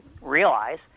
realize